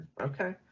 Okay